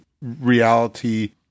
reality